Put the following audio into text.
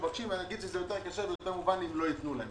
שמבקשים - אם לא ייתנו להם.